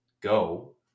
go